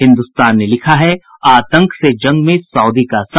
हिन्दुस्तान ने लिखा है आतंक से जंग में सऊदी का साथ